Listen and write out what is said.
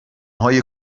های